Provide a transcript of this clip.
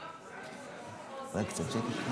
אולי קצת שקט?